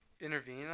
intervene